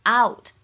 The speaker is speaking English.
out